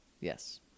Yes